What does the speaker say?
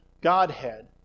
Godhead